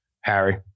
Harry